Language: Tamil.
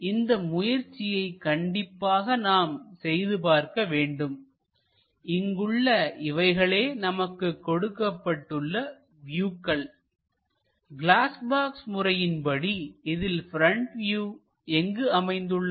இந்த முயற்சியை கண்டிப்பாக நாம் செய்து பார்க்க வேண்டும் இங்குள்ள இவைகளே நமக்கு கொடுக்கப்பட்டுள்ள வியூக்கள் கிளாஸ் பாக்ஸ் முறையின்படி இதில் ப்ரெண்ட் வியூ எங்கு அமைந்துள்ளது